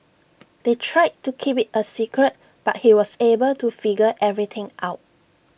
they tried to keep IT A secret but he was able to figure everything out